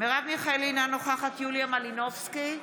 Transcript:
מרב מיכאלי, אינו נוכחת יוליה מלינובסקי,